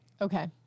Okay